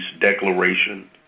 declaration